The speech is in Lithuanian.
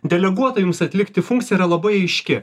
deleguota jums atlikti funkcija yra labai aiški